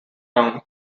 down